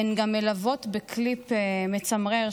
הן גם מלוות בקליפ מצמרר,